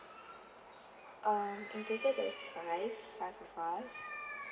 um in total there is five five of us